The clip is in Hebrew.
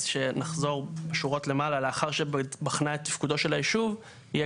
אז שנחזור שורות למעלה "לאחר שבחנה את תפקוד של היישוב" יהיה